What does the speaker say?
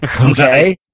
Okay